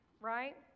right